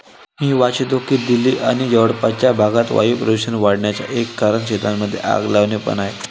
मी वाचतो की दिल्ली आणि जवळपासच्या भागात वायू प्रदूषण वाढन्याचा एक कारण शेतांमध्ये आग लावणे पण आहे